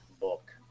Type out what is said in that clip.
book